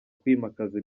kwimakaza